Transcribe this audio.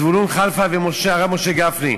זבולון כלפה והרב משה גפני.